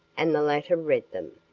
and the latter read them.